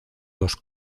los